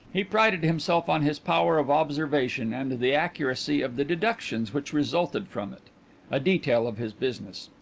he prided himself on his power of observation and the accuracy of the deductions which resulted from it a detail of his business.